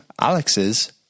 alex's